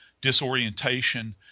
disorientation